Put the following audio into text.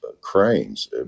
cranes